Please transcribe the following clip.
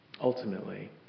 ultimately